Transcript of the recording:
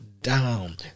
down